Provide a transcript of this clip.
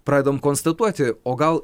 pradedam konstatuoti o gal